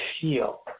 feel